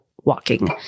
walking